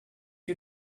you